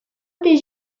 did